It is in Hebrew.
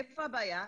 איפה הבעיה?